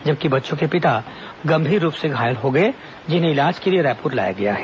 जबकि बच्चों के पिता गंभीर रूप से घायल हो गए जिन्हें इलाज के लिए रायपुर लाया गया है